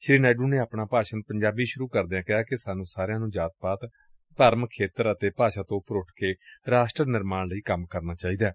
ਸ੍ਰੀ ਨਾਇਡੂ ਨੇ ਆਪਣਾ ਭਾਸ਼ਣ ਪੰਜਾਬੀ ਚ ਸੁਰੂ ਕਰਦਿਆਂ ਕਿਹਾ ਕਿ ਸਾਨੁੰ ਸਾਰਿਆਂ ਨੂੰ ਜਾਤ ਪਾਤ ਧਰਮ ਖੇਤਰ ਅਤੇ ਭਾਸ਼ਾ ਤੋਂ ਉਪਰ ਉਠ ਕੇ ਰਾਸ਼ਟਰ ਨਿਰਮਾਣ ਲਈ ਕੰਮ ਕਰਨਾ ਚਾਹੀਦੈ